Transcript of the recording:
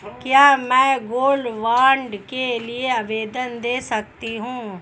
क्या मैं gold bond के लिए आवेदन दे सकती हूँ?